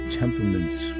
temperaments